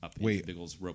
Wait